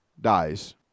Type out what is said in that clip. dies